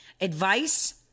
advice